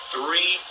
three